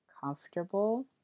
comfortable